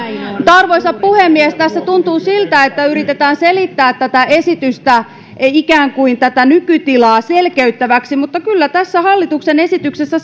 arvoisa puhemies tässä tuntuu siltä että yritetään selittää tätä esitystä ikään kuin nykytilaa selkeyttäväksi mutta kyllä hallituksen esityksessä